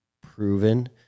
proven